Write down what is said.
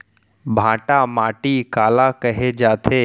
भांटा माटी काला कहे जाथे?